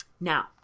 Now